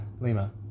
Lima